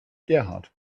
gerhard